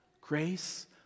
Grace